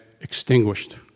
extinguished